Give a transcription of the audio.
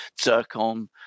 Zircon